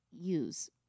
use